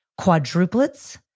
quadruplets